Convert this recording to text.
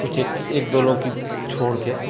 कुछ एक एक दो लोग की छोड़ कर